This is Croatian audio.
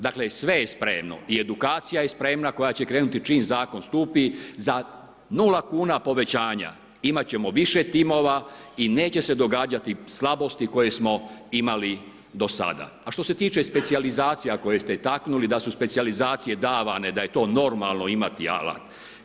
Dakle, sve je spremno i edukacija je spremna koja će krenuti čim zakon stupi za nula kuna povećanja imati ćemo više timova i neće se događati slabosti koje smo imali do sada, a što se tiče specijalizacija koje ste taknuli da su specijalizacije davane da je to normalno imati alat.